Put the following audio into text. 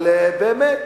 אבל באמת